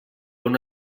una